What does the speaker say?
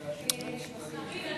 קארין, אני